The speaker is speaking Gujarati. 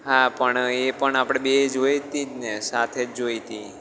હા પણ એ પણ આપણે બેઉએ જોઈ જ હતી ને સાથે જ જોઈ હતી